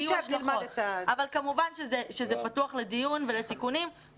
כמובן שזה פתוח לדיון ולתיקונים.